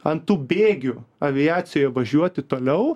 ant tų bėgių aviacijoj važiuoti toliau